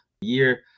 year